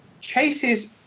chases